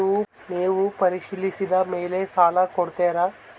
ನೇವು ಪರಿಶೇಲಿಸಿದ ಮೇಲೆ ಸಾಲ ಕೊಡ್ತೇರಾ?